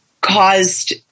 caused